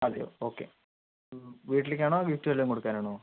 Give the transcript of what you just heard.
അതെയോ ഓക്കെ ഹ്മ് വീട്ടിലേക്ക് ആണോ ഗിഫ്റ്റ് വല്ലതും കൊടുക്കാൻ ആണോ